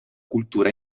cultura